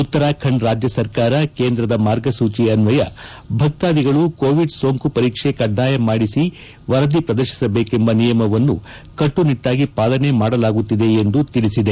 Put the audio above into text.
ಉತ್ತರಾಖಂಡ್ ರಾಜ್ಜ ಸರ್ಕಾರ ಕೇಂದ್ರದ ಮಾರ್ಗಸೂಚಿ ಅನ್ವಯ ಭಕ್ತಾದಿಗಳು ಕೊವಿಡ್ ಸೋಂಕು ಪರೀಕ್ಷೆ ಕಡ್ಡಾಯ ಮಾಡಿಸಿ ವರದಿ ಪ್ರದರ್ಶಿಸಬೇಕೆಂಬ ನಿಯಮವನ್ನು ಕಟ್ಟನಿಟ್ಟಾಗಿ ಪಾಲನೆ ಮಾಡಲಾಗುತ್ತಿದೆ ಎಂದು ಉತ್ತರಾಖಂಡ್ ರಾಜ್ಯ ಸರ್ಕಾರ ತಿಳಿಸಿದೆ